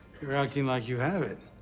you are acting like you have it.